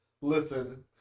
listen